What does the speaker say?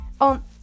On